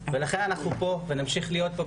ולכן אנחנו פה ונמשיך להיות פה,